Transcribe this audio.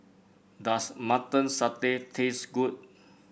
does Mutton Satay taste good